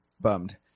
bummed